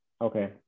Okay